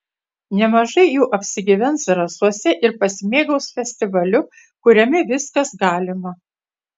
nemažai jų apsigyvens zarasuose ir pasimėgaus festivaliu kuriame viskas galima